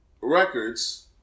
records